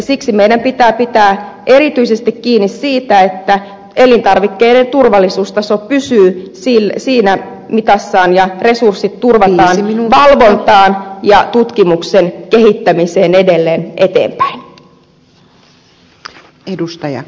siksi meidän pitää pitää erityisesti kiinni siitä että elintarvikkeiden turvallisuustaso pysyy siinä mitassaan ja resurssit turvataan valvontaan ja tutkimuksen kehittämiseen edelleen eteenpäin